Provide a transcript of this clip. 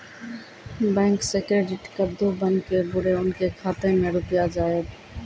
Bank से credit कद्दू बन के बुरे उनके खाता मे रुपिया जाएब?